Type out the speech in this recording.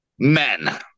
Men